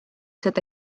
seda